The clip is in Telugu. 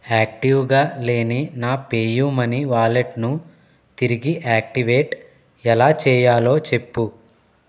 యాక్టివ్గా లేని నా పేయూ మనీ వాలెట్ను తిరిగి యాక్టివేట్ ఎలా చేయాలో చెప్పు